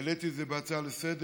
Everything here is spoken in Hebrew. העליתי את זה בהצעה לסדר-היום.